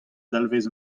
dalvez